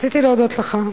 רציתי להודות לך,